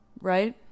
Right